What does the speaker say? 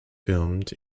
filmed